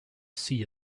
see